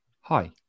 Hi